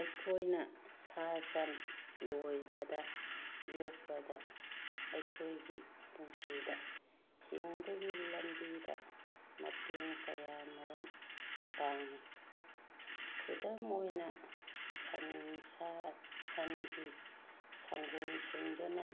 ꯑꯩꯈꯣꯏꯅ ꯁꯥ ꯁꯟ ꯂꯣꯏꯕꯗ ꯌꯣꯛꯄꯗ ꯑꯩꯈꯣꯏꯒꯤ ꯄꯨꯟꯁꯤꯗ ꯍꯤꯡꯕꯒꯤ ꯂꯝꯕꯤꯗ ꯃꯇꯦꯡ ꯀꯌꯥ ꯃꯔꯨꯝ ꯄꯥꯡꯏ ꯈꯨꯗꯝ ꯑꯣꯏꯅ ꯁꯟ ꯁꯥ ꯁꯟꯒꯤ ꯁꯪꯒꯣꯝ ꯁꯨꯝꯗꯨꯅ